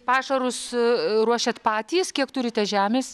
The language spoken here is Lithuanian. pašarus ruošiate patys kiek turite žemės